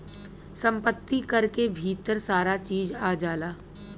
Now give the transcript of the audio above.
सम्पति कर के भीतर सारा चीज आ जाला